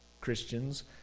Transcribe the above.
Christians